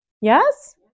Yes